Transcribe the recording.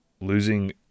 losing